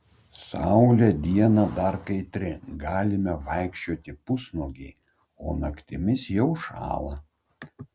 saulė dieną dar kaitri galime vaikščioti pusnuogiai o naktimis jau šąla